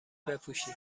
بپوشی